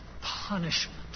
punishment